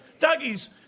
Dougie's